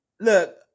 Look